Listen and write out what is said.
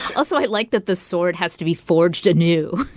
also, i like that the sword has to be forged anew,